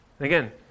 Again